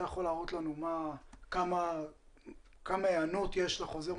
הוראת מנכ"ל מחייבת - אתה יכול להראות לנו כמה היענות יש לחוזר?